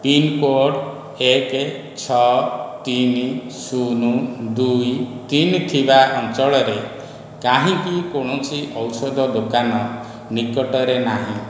pincode ଏକ ଛଅ ତିନି ଶୂନ ଦୁଇ ତିନି ଥିବା ଅଞ୍ଚଳରେ କାହିଁକି କୌଣସି ଔଷଧ ଦୋକାନ ନିକଟରେ ନାହିଁ